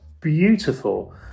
beautiful